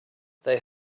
they